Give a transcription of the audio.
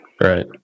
Right